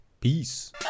Peace